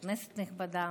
כנסת נכבדה,